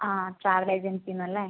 travel ഏജൻസിന്നല്ലെ